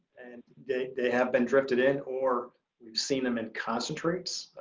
they they have been drifted in or we've seen them in concentrates.